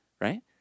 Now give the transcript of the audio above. right